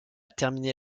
terminé